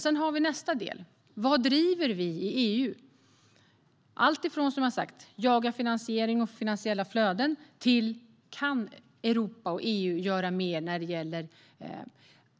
Sedan har vi dock nästa del, nämligen vad vi driver i EU. Det gäller alltifrån att som sagt jaga finansiering och finansiella flöden till att se om Europa och EU kan göra mer när det gäller